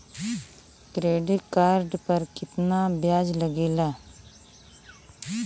Credit card पर कितना ब्याज लगेला?